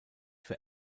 für